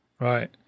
Right